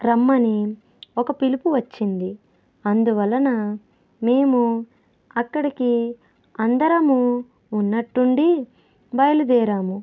రమ్మని ఒక పిలుపు వచ్చింది అందువలన మేము అక్కడికి అందరము ఉన్నట్టుండి బయలుదేరాము